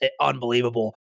unbelievable